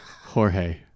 Jorge